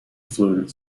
fluent